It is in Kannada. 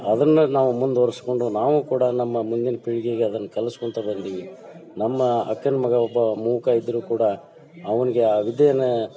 ಅದನ್ನು ನಾವು ಮುಂದ್ವರ್ಸ್ಕೊಂಡು ನಾವೂ ಕೂಡ ನಮ್ಮ ಮುಂದಿನ ಪೀಳಿಗೆಗೆ ಅದನ್ನು ಕಲಸ್ಕೊತ ಬಂದೀವಿ ನಮ್ಮ ಅಕ್ಕನ ಮಗ ಒಬ್ಬ ಮೂಕ ಇದ್ದರೂ ಕೂಡ ಅವ್ನಿಗೆ ಆ ವಿದ್ಯೆಯನ್ನು